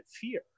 fear